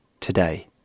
Today